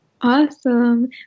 Awesome